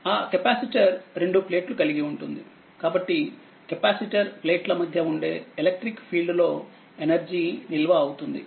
ఆకెపాసిటర్ రెండు ప్లేట్లు కలిగి ఉంటుంది కాబట్టికెపాసిటర్ ప్లేట్ల మధ్య ఉండే ఎలక్ట్రిక్ ఫీల్డ్ లో ఎనర్జీ నిల్వ అవుతుంది